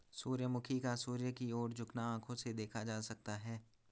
सूर्यमुखी का सूर्य की ओर झुकना आंखों से देखा जा सकता है